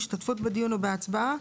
השתתפות בדיון או בהצבעה,